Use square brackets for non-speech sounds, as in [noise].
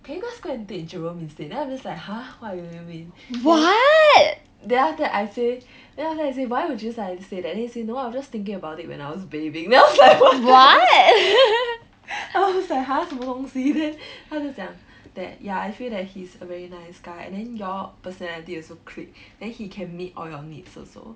can you just go and date jerome instead then I was just like !huh! what do you mean then then after that I say then after that I say why would you suddenly say that then he say no I'm just thinking about it when I was bathing then I was like what [laughs] I was like !huh! 什么东西 then 他就讲 that ya I feel that he's a very nice guy and then y'all personality also click then he can meet all your needs also